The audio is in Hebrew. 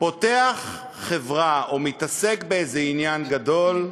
פותח חברה או מתעסק באיזה עניין גדול,